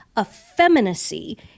effeminacy